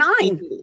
nine